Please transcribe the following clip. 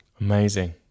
Amazing